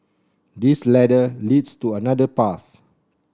this ladder leads to another path